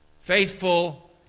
faithful